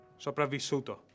sopravvissuto